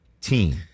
team